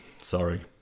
sorry